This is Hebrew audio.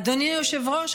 אדוני היושב-ראש,